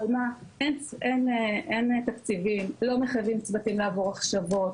אבל אין תקציבים, לא מחייבים צוותים לעבור הכשרות.